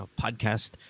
podcast